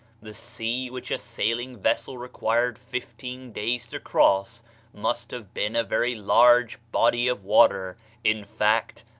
the sea which a sailing-vessel required fifteen days to cross must have been a very large body of water in fact,